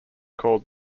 called